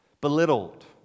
belittled